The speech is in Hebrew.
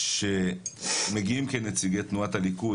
שמגיעים כנציגי תנועת הליכוד,